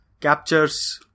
captures